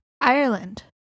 Ireland